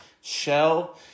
shell